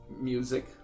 music